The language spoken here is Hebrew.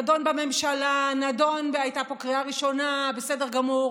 נדון בממשלה, והייתה פה קריאה ראשונה, בסדר גמור.